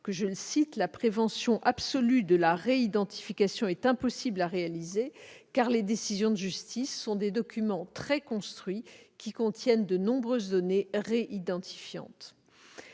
rappelle que la prévention absolue de la réidentification est impossible en pratique, car les décisions de justice sont des documents très construits, qui contiennent de nombreuses données réidentifiantes.